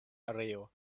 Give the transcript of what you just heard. areo